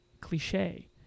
cliche